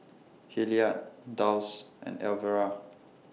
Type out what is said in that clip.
Hilliard Dulce and Elvera